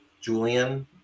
Julian